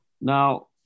Now